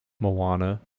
Moana